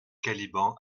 caliban